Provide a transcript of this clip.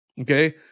Okay